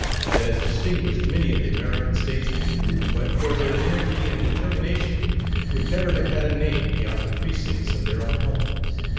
and that has distinguished many of the american statesmen, who but for their energy and determination would never have had a name beyond the precincts of their own homes.